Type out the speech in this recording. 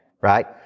right